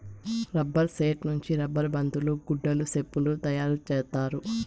rubber సెట్టు నుంచి rubber బంతులు గుడ్డలు సెప్పులు తయారు చేత్తారు